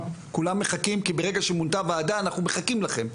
כולנו מחכים כי ברגע שמונתה ועדה אנחנו מחכים לכם,